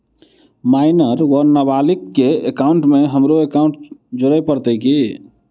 Minor वा नबालिग केँ एकाउंटमे हमरो एकाउन्ट जोड़य पड़त की?